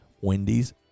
Wendy's